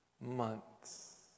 months